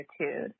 attitude